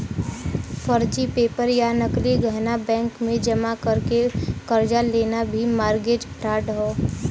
फर्जी पेपर या नकली गहना बैंक में जमा करके कर्जा लेना भी मारगेज फ्राड हौ